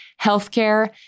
healthcare